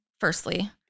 Firstly